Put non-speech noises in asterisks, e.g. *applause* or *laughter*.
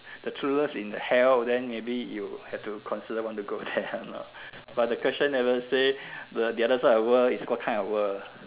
the true love in the hell then maybe you have to consider want to go there or not *laughs* but the question never say the the other side of the world is what kind of world